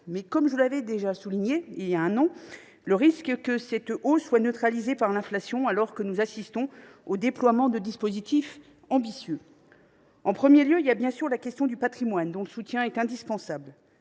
comme je l’ai déjà souligné voilà un an, le risque est que cette hausse soit neutralisée par l’inflation, alors que nous assistons au déploiement de dispositifs ambitieux. En premier lieu, il y a bien sûr la question du patrimoine. En la matière, le soutien de l’État est indispensable.